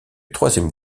troisième